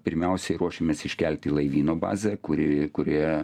pirmiausiai ruošiamės iškelti laivyno bazę kuri kurioje